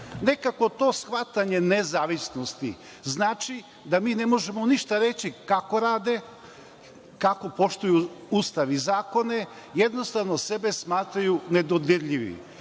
Nekako to shvatanje nezavisnosti znači da mi ne možemo ništa kako rade, kako poštuju Ustav i zakone, jednostavno sebe smatraju nedodirljivim.